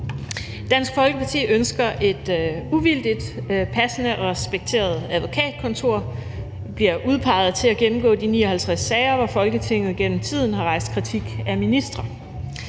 Dansk Folkeparti ønsker, at et uvildigt, passende og respekteret advokatkontor bliver udpeget til at gennemgå de 59 sager, hvor Folketinget igennem tiden har rejst kritik af ministre.